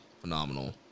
phenomenal